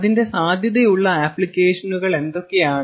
അതിന്റെ സാധ്യതയുള്ള ആപ്ലിക്കേഷനുകൾ എന്തൊക്കെയാണ്